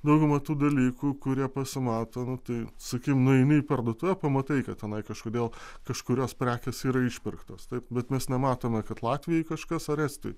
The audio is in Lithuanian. dauguma tų dalykų kurie pasimato nu tai sakykim nueini į parduotuvę pamatai kad tenai kažkodėl kažkurios prekės yra išpirktos taip bet mes nematome kad latvijoj kažkas ar estijoj